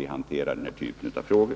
gäller för hantering av denna typ av frågor.